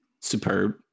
superb